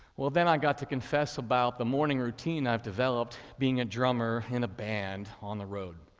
well, then i got to confess about the morning routine i've developed being a drummer in a band on the road.